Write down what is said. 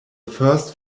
first